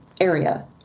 area